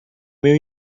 meu